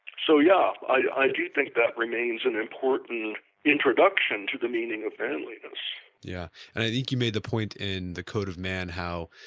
so yeah, i do think that remains an important introduction to the meaning of manliness yeah, and i think you made the point in the code of man how